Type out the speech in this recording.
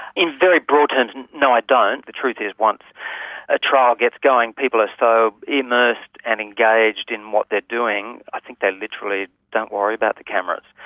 in very broad terms, no i don't. the truth is once a trial gets going, people are so immersed and engaged in what they're doing, i think they literally don't worry about the cameras.